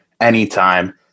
anytime